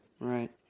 Right